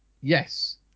yes